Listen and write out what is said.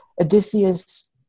Odysseus